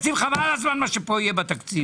חבל על הזמן מה שיהיה פה בתקציב.